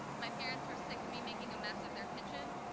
my parents were sick of me making a mess of their kitchen,